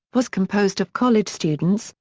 was composed of college students,